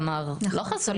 נכון, סולידריות.